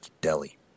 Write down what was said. Delhi